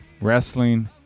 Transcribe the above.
wrestling